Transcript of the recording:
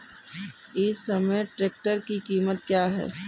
इस समय ट्रैक्टर की कीमत क्या है?